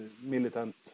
militant